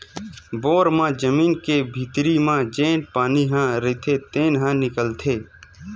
bore म जमीन के भीतरी म जेन पानी ह रईथे तेने ह निकलथे